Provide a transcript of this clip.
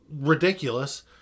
ridiculous